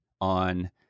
on